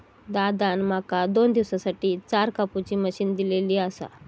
दादान माका दोन दिवसांसाठी चार कापुची मशीन दिलली आसा